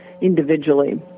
individually